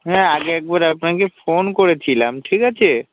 হ্যাঁ আগে একবার আপনাকে ফোন করেছিলাম ঠিক আছে